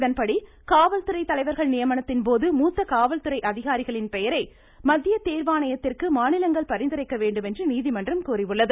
இதன்படி காவல்துறை தலைவர்கள் நியமனத்தின் போது மூத்த காவல்துறை அதிகாரிகளின் பெயரை மத்திய தேர்வாணையத்திற்கு மாநிலங்கள் பரிந்துரைக்க வேண்டும் என்று நீதிமன்றம் கூறியுள்ளது